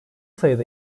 sayıda